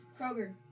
Kroger